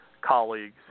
colleagues